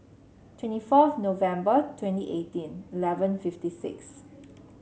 twenty fourth November twenty eighteen eleven fifty six